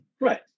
Right